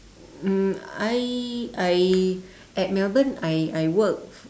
um I I at melbourne I I work